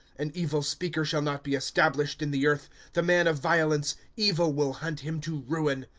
an evil speaker shall not be established in the earth the man of violence, evil will hunt him to ruin.